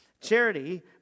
Charity